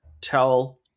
tell